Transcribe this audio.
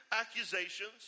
accusations